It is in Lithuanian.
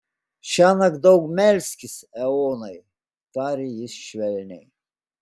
šiąnakt daug melskis eonai tarė jis švelniai